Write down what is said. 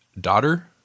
daughter